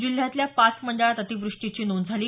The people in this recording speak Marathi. जिल्ह्यातल्या पाच मंडळात अतिवृष्टीची नोंद झाली